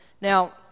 Now